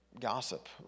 gossip